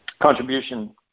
contribution –